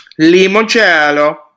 Limoncello